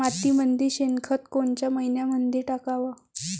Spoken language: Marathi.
मातीमंदी शेणखत कोनच्या मइन्यामंधी टाकाव?